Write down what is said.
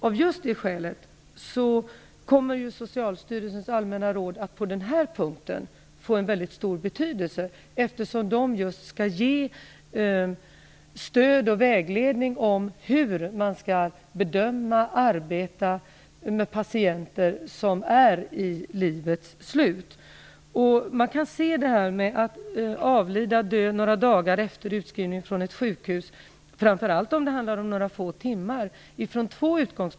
Av just det skälet kommer Socialstyrelsens allmänna råd att på den här punkten få mycket stor betydelse, eftersom det just skall ge stöd och vägledning om hur man skall bedöma och arbeta med patienter som står vid livets slut. Man kan se från två utgångspunkter på patienter som dör några dagar efter utskrivningen från ett sjukhus. Framför allt gäller det om det handlar om några få timmar.